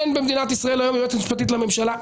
אין במדינת ישראל היום יועצת משפטית לממשלה,